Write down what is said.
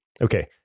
Okay